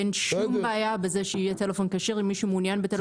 אין שום בעיה שיהיה טלפון כשר למי שמעוניין בטלפון כשר.